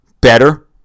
better